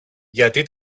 γιατί